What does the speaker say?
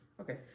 Okay